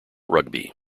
rugby